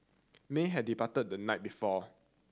may had departed the night before